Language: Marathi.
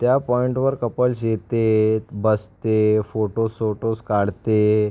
त्या पॉइंटवर कपल्स येतेत बसते फोटोज् सोटोज् काढते